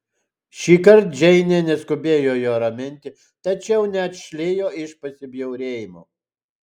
šįkart džeinė neskubėjo jo raminti tačiau neatšlijo iš pasibjaurėjimo